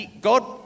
God